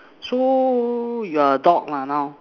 so you're a dog lah now